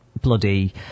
Bloody